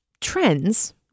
trends